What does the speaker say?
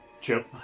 Chip